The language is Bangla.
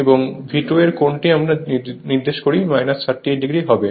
এবং V2 এর কোণটি আমরা যদি নির্ণয় করি 38 o হবে